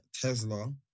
Tesla